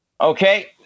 Okay